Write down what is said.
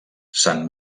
sant